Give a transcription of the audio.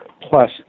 plus